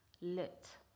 lit